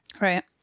Right